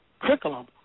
curriculum